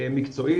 מקצועית,